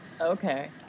Okay